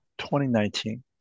2019